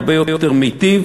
הרבה יותר מיטיב,